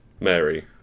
Mary